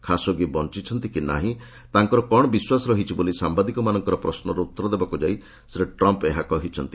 Khashoggi ବଞ୍ଚ୍ଚିଛନ୍ତି କି ନାାହିଁ ତାଙ୍କର କ'ଣ ବିଶ୍ୱାସ ରହିଛି ବୋଲି ସାମ୍ବାଦିକମାନଙ୍କର ପ୍ରଶ୍ନର ଉତ୍ତର ଦେବାକୁ ଯାଇ ଶ୍ରୀ ଟ୍ରମ୍ପ ଏହା କହିଛନ୍ତି